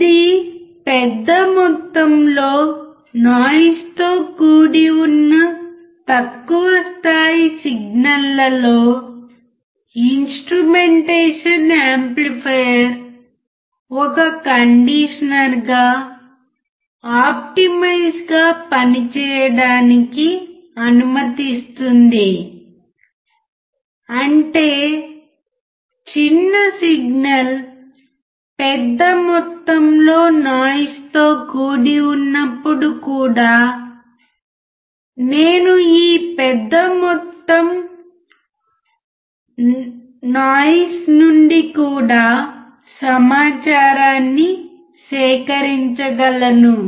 ఇది పెద్ద మొత్తంలో నాయిస్ తో కుడి ఉన్న తక్కువ స్థాయి సిగ్నల్ ల లో ఇన్స్ట్రుమెంటేషన్ ఆమ్ప్లిఫైర్ ఒక కండీషనర్గా ఆప్టిమైజ్ గా పని చేయడానికి అనుమతిస్తుంది అంటే చిన్న సిగ్నల్పెద్ద మొత్తంలో నాయిస్ తో కూడి ఉన్నప్పుడు కూడా నేను ఈ పెద్ద మొత్తం నాయిస్ నుండి కూడా సమాచారాన్ని సేకరించగలను